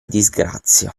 disgrazia